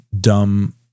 dumb